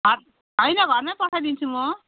ह होइन घरमै पठाइदिन्छु म